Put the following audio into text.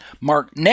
Mark